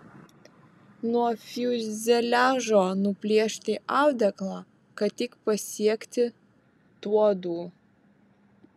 nuo fiuzeliažo nuplėšti audeklą kad tik pasiekti tuodu